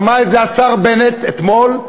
שמע השר בנט אתמול,